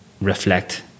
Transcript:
reflect